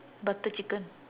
butter chicken